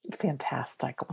Fantastic